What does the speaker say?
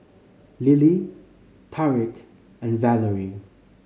Lillie Tariq and Valery